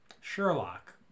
Sherlock